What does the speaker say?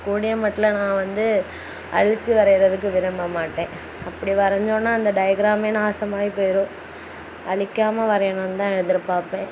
கூடியமட்டுல நான் வந்து அழிச்சி வரைகிறதுக்கு விரும்பமாட்டேன் அப்படி வரஞ்சோம்னா அந்த டயக்ராமே நாசமாகி போயிடும் அழிக்காம வரையணும் தான் எதிர்பார்ப்பேன்